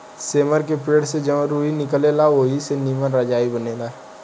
सेमर के पेड़ से जवन रूई निकलेला ओई से निमन रजाई बनेला